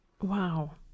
Wow